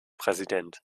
präsident